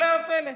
הפלא ופלא.